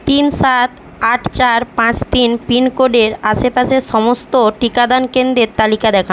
তিন সাত আট চার পাঁচ তিন পিনকোডের আশেপাশের সমস্ত টিকাদান কেন্দ্রের তালিকা দেখান